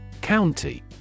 County